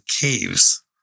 caves